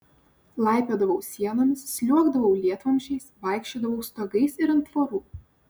laipiodavau sienomis sliuogdavau lietvamzdžiais vaikščiodavau stogais ir ant tvorų